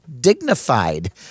dignified